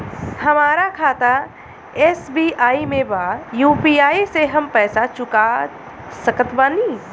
हमारा खाता एस.बी.आई में बा यू.पी.आई से हम पैसा चुका सकत बानी?